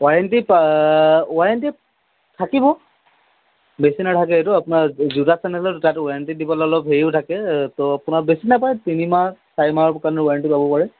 warranty পা warranty থাকিব বেছি নাথাকে এইটো আপোনাৰ জোতা চেণ্ডেলৰ জোতাতো ৱাৰেণ্টি দিবলৈ অলপ হেৰিও থাকে ত' আপোনাৰ বেছি নাপায় তিনিমাহ চাৰিমাহৰ কাৰণে ৱাৰেণ্টি পাব পাৰে